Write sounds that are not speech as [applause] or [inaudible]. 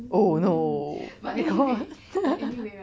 oh no oh my god [laughs]